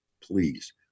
please